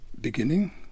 beginning